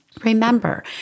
Remember